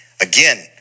Again